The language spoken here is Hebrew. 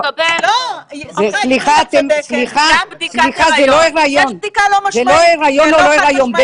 לא הריון או לא הריון.